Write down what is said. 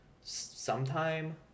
sometime